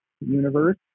universe